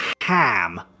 ham